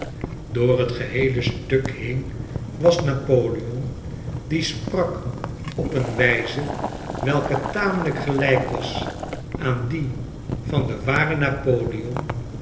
door het geheele stuk heen was napoleon die sprak op eene wijze welke tamelijk gelijk was aan die van den waren napoleon